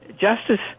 justice